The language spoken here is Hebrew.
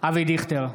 אבי דיכטר,